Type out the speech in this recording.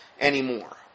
anymore